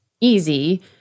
easy